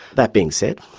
that being said,